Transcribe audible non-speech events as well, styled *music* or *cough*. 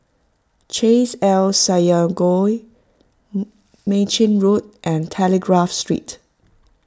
Chesed El Synagogue *hesitation* Mei Chin Road and Telegraph Street